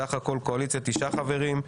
סך הכול לקואליציה תשעה חברים.